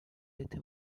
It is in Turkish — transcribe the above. eti